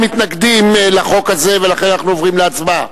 אין מתנגדים לחוק הזה ולכן אנחנו עוברים להצבעה.